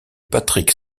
patrick